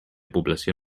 població